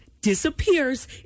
Disappears